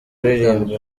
kuririmba